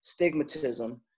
stigmatism